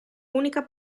unica